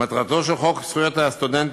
מטרתו של חוק זכויות הסטודנט,